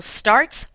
starts